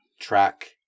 track